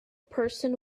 person